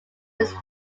this